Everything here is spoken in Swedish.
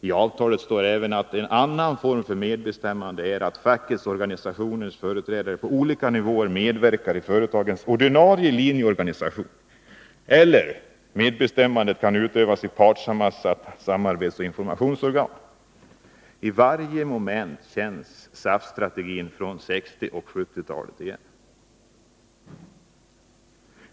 I avtalet står det även att en annan form för medbestämmande är att fackliga organisationers företrädare på olika nivåer medverkar i företagets ordinarie linjeorganisation, eller att medbestämmandet också kan utövas i partsammansatta samarbetsoch informationsorgan. I varje moment känns SAF-strategin från 1960 och 1970-talet igen.